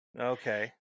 Okay